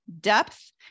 depth